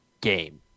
game